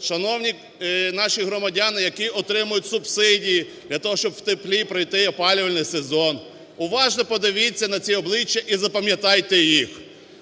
Шановні наші громадяни, які отримують субсидії для того, щоб в теплі пройти опалювальний сезон! Уважно подивіться на ці обличчя і запам'ятайте їх.